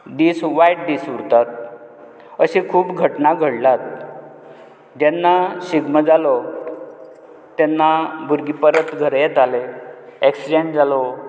दीस वायट दीस उरतात अशें खूब घटना घडलात जेन्ना शिगमो जालो तेन्ना भुरगे परत घरा येताले एक्सिडंट जालो